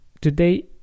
today